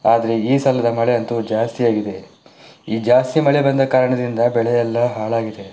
ಆದರೆ ಈ ಸಲದ ಮಳೆಯಂತೂ ಜಾಸ್ತಿ ಆಗಿದೆ ಈ ಜಾಸ್ತಿ ಮಳೆ ಬಂದ ಕಾರಣದಿಂದ ಬೆಳೆಯೆಲ್ಲ ಹಾಳಾಗಿದೆ